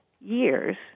years